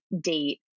date